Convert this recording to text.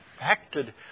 Affected